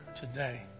today